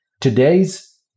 Today's